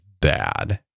bad